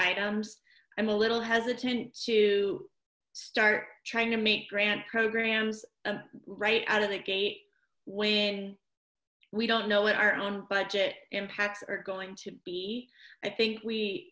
items i'm a little hesitant to start trying to make grant programs right out of the gate when we don't know what our own budget impacts are going to be i think we